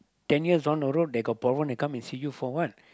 ten years down the road they got problem they come and see you for what